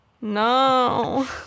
no